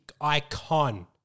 icon